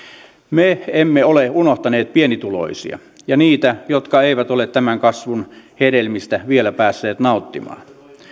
me emme ole unohtaneet pienituloisia ja niitä jotka eivät ole tämän kasvun hedelmistä vielä päässeet nauttimaan